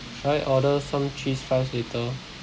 should I order some cheese fries later